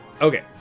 Okay